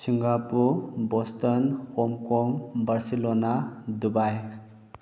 Singapore Boston Hong Kong Barcelona Dubai